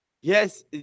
yes